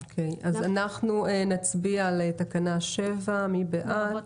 אוקיי, אז אנחנו נצביע על תקנה 7 לרבות